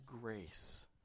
grace